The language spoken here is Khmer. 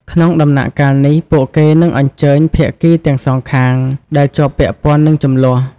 ក្នុងដំណាក់កាលនេះ ពួកគេនឹងអញ្ជើញ ភាគីទាំងសងខាងដែលជាប់ពាក់ព័ន្ធនឹងជម្លោះ។